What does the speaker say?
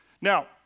Now